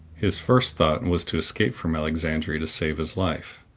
his first thought was to escape from alexandria to save his life.